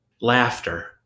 Laughter